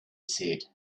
said